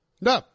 No